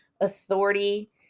authority